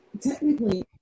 technically